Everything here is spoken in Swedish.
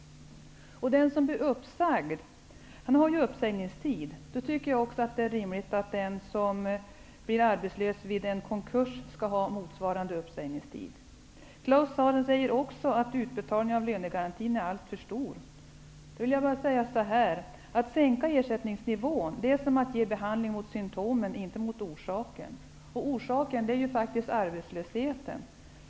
Eftersom den som blir uppsagd har en uppsägningstid tycker jag att det är rimligt att den som blir arbetslös till följd av en konkurs får motsvarande uppsägningstid. Vidare säger Claus Zaar att utbetalningarna av lönegarantin är alltför stora. Men att sänka ersättningsnivån är som att ge behandling mot symtomen, inte mot orsaken -- och orsaken är faktiskt arbetslösheten.